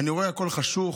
אני רואה הכול חשוך.